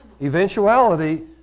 eventuality